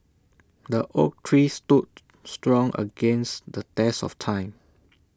the oak tree stood strong against the test of time